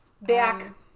back